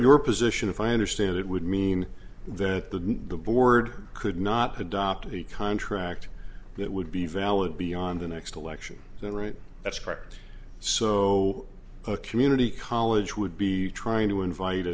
your position if i understand it would mean that the board could not adapt the contract that would be valid beyond the next election and right that's correct so a community college would be trying to invite